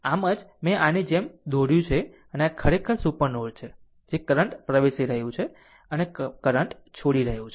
આમ આમ જ મેં આની જેમ દોર્યું છે અને આ ખરેખર સુપર નોડ છે જે કરંટ પ્રવેશી રહ્યું છે અને કરંટ છોડી રહ્યું છે